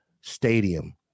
stadium